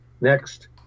next